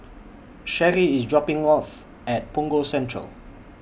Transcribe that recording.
Sheri IS dropping off At Punggol Central